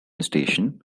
station